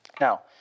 Now